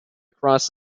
across